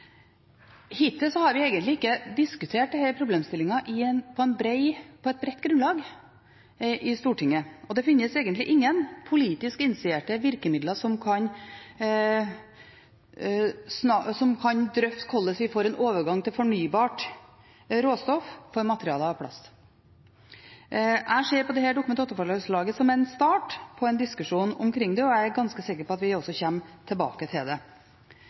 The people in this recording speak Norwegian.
har vi egentlig ikke diskutert denne problemstillingen på et bredt grunnlag i Stortinget. Det finnes egentlig ingen politisk initierte virkemidler som kan drøfte hvordan vi får en overgang til fornybart råstoff for materialer av plast. Jeg ser på dette Dokument 8-forslaget som en start på en diskusjon omkring det, og jeg er ganske sikker på at vi også kommer tilbake til det.